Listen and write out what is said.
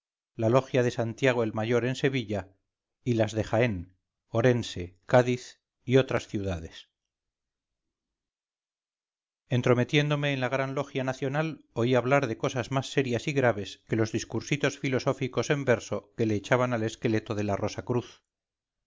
la logia de santiago el mayor en sevilla y las de jaén orense cádiz y otras ciudades entrometiéndome en la gran logia nacional oí hablar de cosas más serias y graves que los discursitos filosóficos en verso que le echaban al esqueleto de la